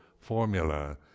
formula